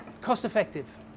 cost-effective